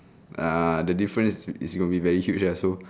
ah the difference is going to be very huge ah so